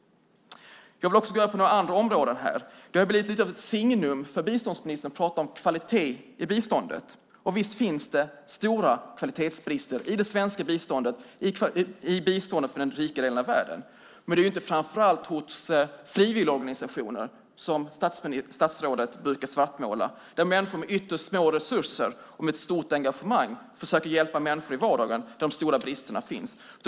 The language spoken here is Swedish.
Jag vill också gå in på några andra områden här. Det har blivit lite av ett signum för biståndsministern att prata om kvalitet i biståndet. Och visst finns det stora kvalitetsbrister i det svenska biståndet, i biståndet från den rikare delen av världen. Men det är inte framför allt hos frivilligorganisationer som statsrådet brukar svartmåla där människor med ytterst små resurser och med ett stort engagemang försöker hjälpa människor i vardagen där de stora bristerna finns.